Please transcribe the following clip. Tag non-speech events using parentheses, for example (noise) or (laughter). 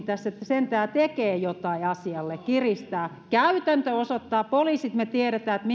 (unintelligible) tässä sentään tekevät jotain asialle kiristävät käytäntö osoittaa me poliisit tiedämme että (unintelligible)